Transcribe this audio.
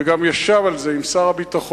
וגם ישב על זה עם שר הביטחון,